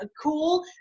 cool